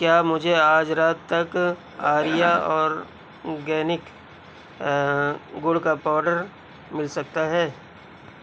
کیا مجھے آج رات تک آریہ اورگینک گڑ کا پاؤڈر مل سکتا ہے